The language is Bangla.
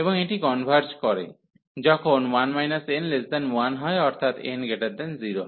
এবং এটি কনভার্জ করে যখন 1 n1 হয় অর্থাৎ n0